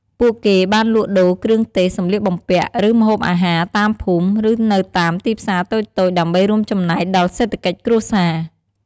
ពួកគេបានលក់ដូរ គ្រឿងទេស សម្លៀកបំពាក់ ឬម្ហូបអាហារ តាមភូមិ ឬនៅតាមទីផ្សារតូចៗ ដើម្បីរួមចំណែកដល់សេដ្ឋកិច្ចគ្រួសារ។